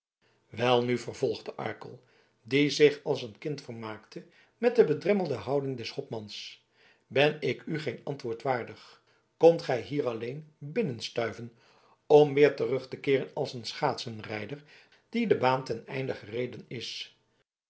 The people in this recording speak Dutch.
welnu vervolgde arkel die zich als een kind vermaakte met de bedremmelde houding des hopmans ben ik u geen antwoord waardig komt gij hier alleen binnenstuiven om weer terug te keeren als een schaatsenrijder die de baan ten einde gereden is